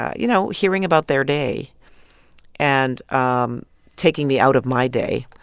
you know, hearing about their day and um taking me out of my day,